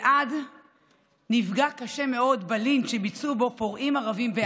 אלעד נפגע קשה מאד בלינץ' שביצעו בו פורעים ערבים בעכו.